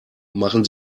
machen